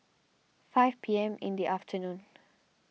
five P M in the afternoon